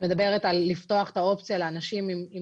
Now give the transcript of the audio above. את מדברת לפתוח את האופציה לאנשים עם